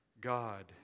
God